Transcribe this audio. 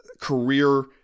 career